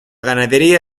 ganadería